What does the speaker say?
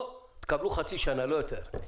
תקבלו חצי שנה ולא יותר.